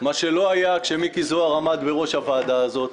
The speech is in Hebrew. מה שלא היה כשמיקי זוהר עמד בראש הוועדה הזאת.